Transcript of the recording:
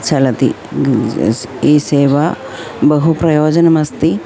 चलति ई सेवा बहु प्रयोजनम् अस्ति